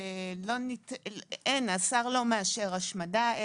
והשר לא מאשר השמדה,